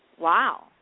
wow